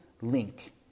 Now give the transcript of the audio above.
link